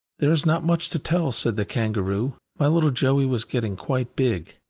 there is not much to tell, said the kangaroo. my little joey was getting quite big,